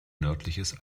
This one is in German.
nördliches